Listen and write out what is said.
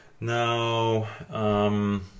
Now